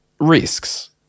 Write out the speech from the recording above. risks